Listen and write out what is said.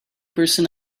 person